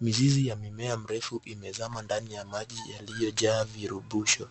Mizizi ya mimea mrefu imezama ndani ya maji yaliyojaa virubisho